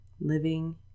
Living